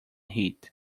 heat